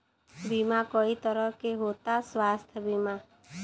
बीमा कई तरह के होता स्वास्थ्य बीमा?